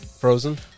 Frozen